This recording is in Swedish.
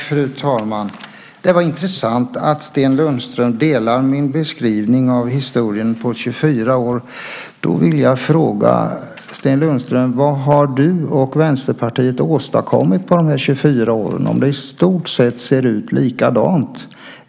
Fru talman! Det var intressant att Sten Lundström delar min beskrivning av historien under 24 år. Jag vill fråga Sten Lundström: Vad har du och Vänsterpartiet åstadkommit på de 24 åren om det ser i stort sett likadant ut?